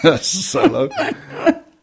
solo